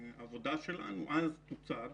העבודה שלנו תוצג אז,